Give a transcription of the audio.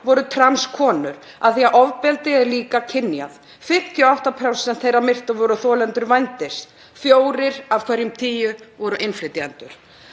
voru trans konur, af því að ofbeldi er líka kynjað, 58% þeirra myrtu voru þolendur vændis, fjórir af hverjum tíu voru innflytjendur.